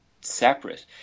separate